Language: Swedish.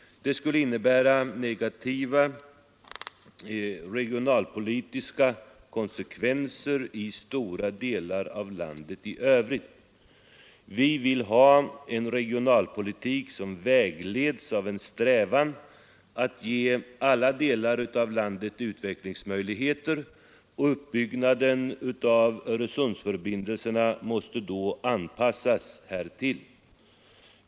Det skulle innebära negativa regionalpolitiska konsekvenser i stora delar av landet i övrigt. Vi vill ha en regionalpolitik som vägleds av en strävan att ge alla delar av landet utvecklingsmöjligheter, och uppbyggnaden av Öresundsförbindelserna måste anpassas härtill.